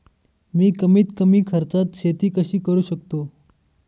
मी कमीत कमी खर्चात शेती कशी करू शकतो?